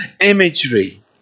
imagery